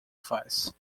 faz